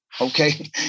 okay